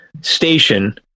station